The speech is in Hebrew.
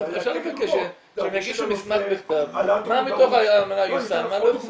אפשר לבקש שהם יגישו מסמך בכתב מה מתוך האמנה יושם ומה לא.